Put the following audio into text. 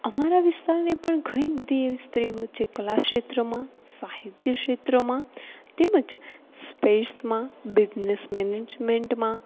અમારા વિસ્તારની પણ ઘણી બધી એવી સ્ત્રીઓ જે કલાક્ષેત્રમાં સાહિત્ય ક્ષેત્રમાં તેમજ સ્પેસમાં બિઝનેસ મેનેજમેંટમાં